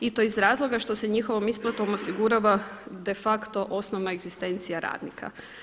I to iz razloga što se njihovom isplatom osigurava defacto osnovna egzistencija radnika.